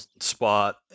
spot